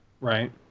Right